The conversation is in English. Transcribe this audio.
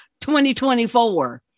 2024